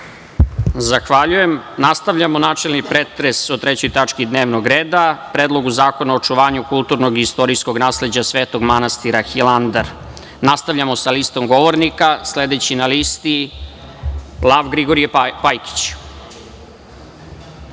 Zahvaljujem. Nastavljamo načelni pretres o 3. tački dnevnog reda – Predlogu zakona o očuvanju kulturnog i istorijskog nasleđa Svetog manastira Hilandar. Nastavljamo sa listom govornika. Sledeći na listi je narodni